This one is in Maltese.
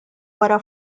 wara